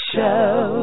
Show